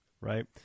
right